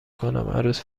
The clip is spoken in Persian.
کنم، عروس